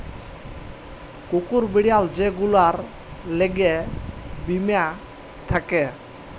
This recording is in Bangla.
কুকুর, বিড়াল যে গুলার ল্যাগে বীমা থ্যাকে